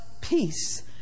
peace